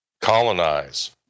colonize